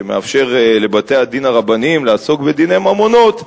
שמאפשר לבתי-הדין הרבניים לעסוק בדיני ממונות,